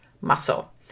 muscle